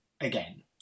again